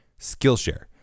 Skillshare